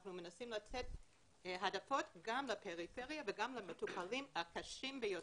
אנחנו מנסים לתת העדפות גם לפריפריה וגם למטופלים הקשים ביותר.